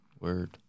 Word